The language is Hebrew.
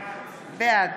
בעד